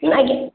ଆଜ୍ଞା